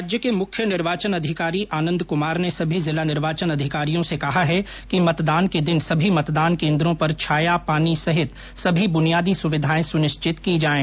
राज्य के मुख्य निर्वाचन अधिकारी आनंद कुमार ने सभी जिला निर्वाचन अधिकारियों से कहा है कि मतदान के दिन सभी मतदान केन्द्रों पर छाया पानी सहित सभी बुनियादी सुविधाएं सुनिश्चित की जाएं